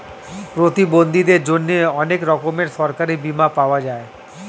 প্রতিবন্ধীদের জন্যে অনেক রকমের সরকারি বীমা পাওয়া যায়